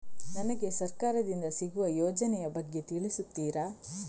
ನನಗೆ ಸರ್ಕಾರ ದಿಂದ ಸಿಗುವ ಯೋಜನೆ ಯ ಬಗ್ಗೆ ತಿಳಿಸುತ್ತೀರಾ?